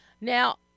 Now